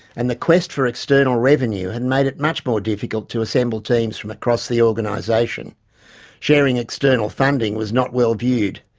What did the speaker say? and the quest for external revenue had made it much more difficult to assemble teams from across the organisation sharing external funding was not well-viewed.